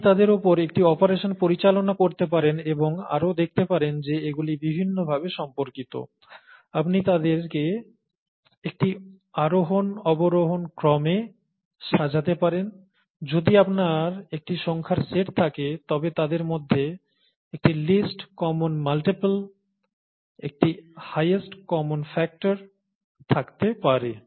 আপনি তাদের উপর একটি অপারেশন পরিচালনা করতে পারেন এবং আরও দেখতে পারেন যে এগুলি বিভিন্ন ভাবে সম্পর্কিত আপনি তাদেরকে একটি আরোহণ অবরোহণ ক্রমে সাজাতে পারেন যদি আপনার একটি সংখ্যার সেট থাকে তবে তাদের মধ্যে একটি লিস্ট কমন মাল্টিপল একটি হাইয়েস্ট কমন ফ্যাক্টর থাকতে পারে